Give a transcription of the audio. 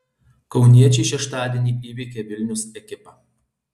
kauniečiai šeštadienį įveikė vilnius ekipą